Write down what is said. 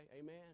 Amen